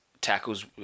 tackles